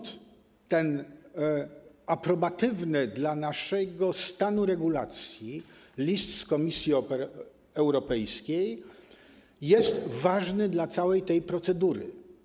Dlatego ten aprobatywny dla naszego stanu regulacji list z Komisji Europejskiej jest ważny dla całej tej procedury.